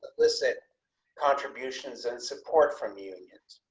licit contributions and support from unions.